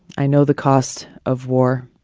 i know the cost of war.